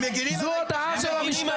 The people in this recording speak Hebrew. זאת הודעה של המשטרה.